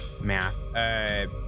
Math